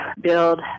build